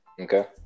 Okay